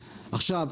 עכשיו,